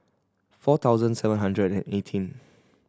four thousand seven hundred and eighteen